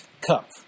cup